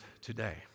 today